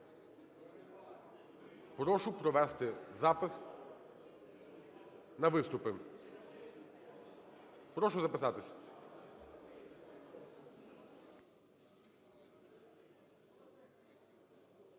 прошу провести запис на виступи. Прошу записатись.